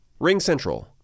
RingCentral